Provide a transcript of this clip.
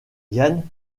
yann